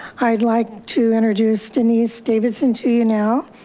i'd like to introduce denise davidson to you now.